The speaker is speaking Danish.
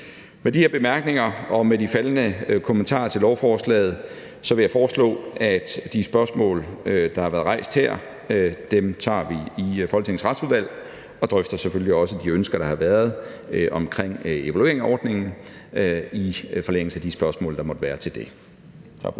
Med de her bemærkninger og med de faldne kommentarer til lovforslaget vil jeg foreslå, at de spørgsmål, der har været rejst her, tager vi i Folketingets Retsudvalg, og vi drøfter selvfølgelig også de ønsker, der har været i forbindelse med en evaluering af ordningen, i forlængelse af de spørgsmål, der måtte være til det. Tak for